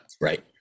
Right